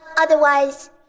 Otherwise